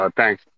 Thanks